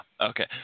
Okay